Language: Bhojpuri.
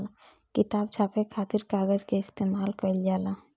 किताब छापे खातिर कागज के इस्तेमाल कईल जाला